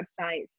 websites